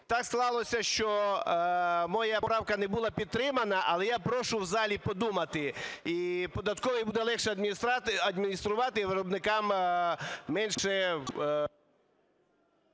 так склалося, що моя правка не була підтримана, але я прошу в залі подумати. І податковій буде легше адмініструвати, і виробникам менше…